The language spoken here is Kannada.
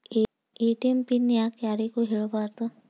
ಎ.ಟಿ.ಎಂ ಪಿನ್ ಯಾಕ್ ಯಾರಿಗೂ ಹೇಳಬಾರದು?